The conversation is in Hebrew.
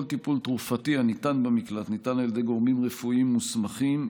כל טיפול תרופתי הניתן במקלט ניתן על ידי גורמים רפואיים מוסמכים,